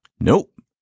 nope